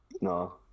No